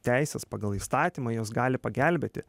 teises pagal įstatymą jos gali pagelbėti